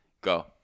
Go